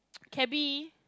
cabby